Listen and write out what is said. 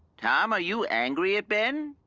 tom, are you angry at ben?